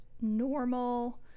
normal